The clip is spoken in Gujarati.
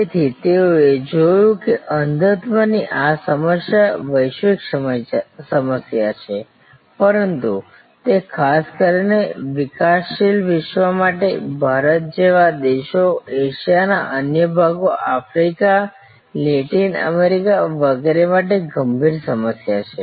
તેથી તેઓએ જોયું કે અંધત્વની આ સમસ્યા વૈશ્વિક સમસ્યા છે પરંતુ તે ખાસ કરીને વિકાસશીલ વિશ્વ માટે ભારત જેવા દેશો એશિયાના અન્ય ભાગો આફ્રિકા લેટિન અમેરિકા વગેરે માટે ગંભીર સમસ્યા છે